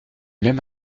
même